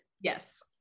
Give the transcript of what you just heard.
Yes